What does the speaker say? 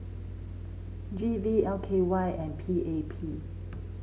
G V L K Y and P A P